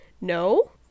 No